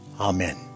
Amen